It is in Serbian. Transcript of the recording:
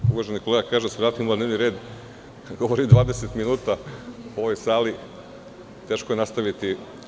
Kada uvaženi kolega kaže da se vratimo na dnevni red, a govori 20 minuta u ovoj sali, teško je nastaviti.